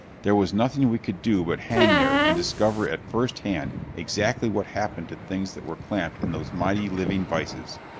there was nothing we could do but hang there and discover at first hand exactly what happened to things that were clamped in those mighty, living vises!